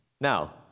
Now